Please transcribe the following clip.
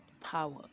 power